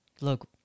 Look